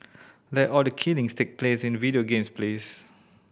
let all the killings take place in video games please